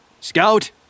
Scout